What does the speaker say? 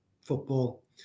football